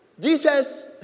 Jesus